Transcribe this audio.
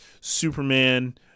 Superman